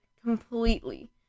completely